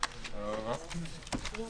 הישיבה ננעלה בשעה 17:05.